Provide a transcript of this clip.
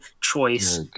choice